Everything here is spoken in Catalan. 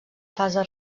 fase